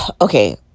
Okay